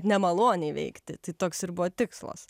nemaloniai veikti tai toks ir buvo tikslas